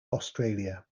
australia